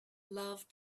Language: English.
love